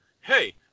hey